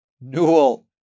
Newell